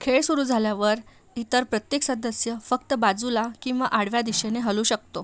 खेळ सुरू झाल्यावर इतर प्रत्येक सदस्य फक्त बाजूला किंवा आडव्या दिशेने हलू शकतो